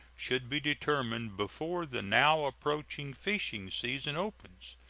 should be determined before the now approaching fishing season opens,